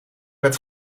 werd